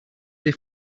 they